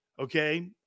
Okay